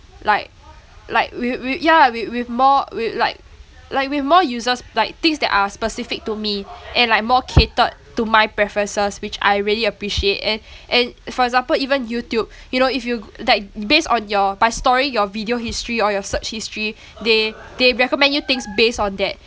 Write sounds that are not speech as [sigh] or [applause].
like like with with yeah with with more with like like with more uses like things that are specific to me and like more catered to my preferences which I really appreciate and [breath] and for example even youtube [breath] you know if you like based on your past storing your video history or your search history [breath] they they recommend you things based on that